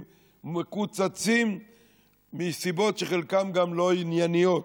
מקוצצים מסיבות שחלקן גם לא ענייניות.